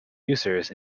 users